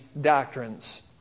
doctrines